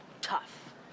Tough